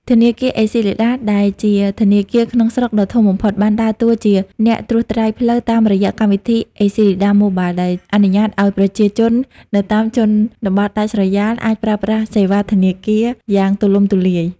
ធនាគារអេស៊ីលីដា ដែលជាធនាគារក្នុងស្រុកដ៏ធំបំផុត បានដើរតួជាអ្នកត្រួសត្រាយផ្លូវតាមរយៈកម្មវិធី ACLEDA Mobile ដែលអនុញ្ញាតឱ្យប្រជាជននៅតាមជនបទដាច់ស្រយាលអាចប្រើប្រាស់សេវាធនាគារយ៉ាងទូលំទូលាយ។